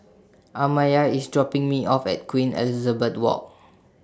Amaya IS dropping Me off At Queen Elizabeth Walk